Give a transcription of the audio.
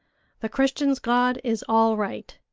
the christians' god is all right.